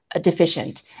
deficient